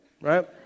right